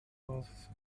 was